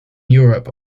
europe